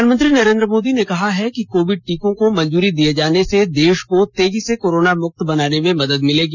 प्रधानमंत्री नरेन्द्र मोदी ने कहा है कि कोविड टीकों को मंजूरी दिये जाने से देश को तेजी से कोरोना मुक्त बनाने में मदद मिलेगी